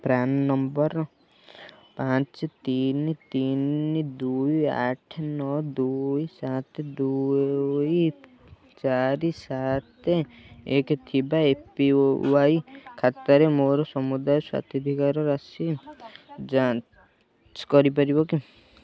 PRAN number ପାଞ୍ଚ ତିନି ତିନି ଦୁଇ ଆଠ ନଅ ଦୁଇ ସାତ ଦୁଇ ଚାରି ସାତ ଏକ ଥିବା ଏ ପି ୱାଇ ଖାତାରେ ମୋର ସମୁଦାୟ ସ୍ୱତ୍ୱାଧିକାର ରାଶି ଯାଞ୍ଚ କରିପାରିବ କି